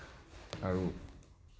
আৰু